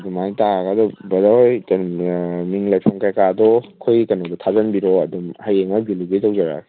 ꯑꯗꯨꯃꯥꯏꯅ ꯇꯥꯔꯒ ꯑꯗꯣ ꯕ꯭ꯔꯗꯔ ꯍꯣꯏ ꯀꯩꯅꯣ ꯃꯤꯡ ꯂꯩꯐꯝ ꯀꯩꯀꯥꯗꯣ ꯑꯩꯈꯣꯏ ꯀꯩꯅꯣꯗ ꯊꯥꯖꯤꯟꯕꯤꯔꯛꯑꯣ ꯑꯗꯨꯝ ꯍꯌꯦꯡꯃꯛ ꯗꯦꯂꯤꯚꯔꯤ ꯇꯧꯖꯔꯛꯑꯒꯦ